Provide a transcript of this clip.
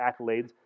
accolades